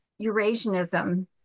Eurasianism